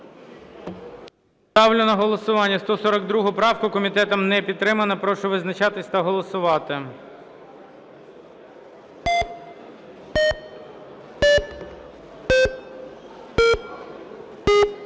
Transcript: Ставлю на голосування 198 правку. Комітетом не підтримана. Прошу визначатись та голосувати.